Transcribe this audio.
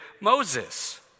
Moses